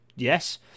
yes